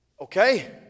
okay